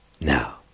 Now